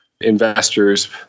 investors